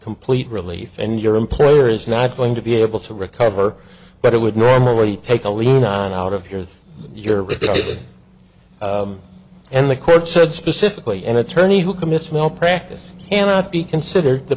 complete relief and your employer is not going to be able to recover but it would normally take the least nine out of your your if they did and the court said specifically an attorney who commits malpractise cannot be considered the